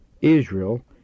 Israel